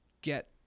get